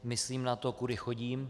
Myslím na to, kudy chodím.